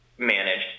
managed